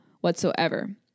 whatsoever